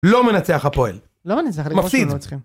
לא מנצח הפועל, מפסיד.